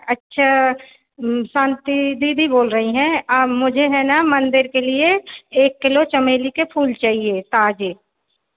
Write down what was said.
अच्छा शांति दीदी बोल रही हैं मुझे है ना मंदिर के लिये एक किलो चमेली के फूल चाहिए ताज़ा